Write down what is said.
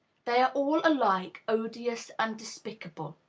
they are all alike odious and despicable.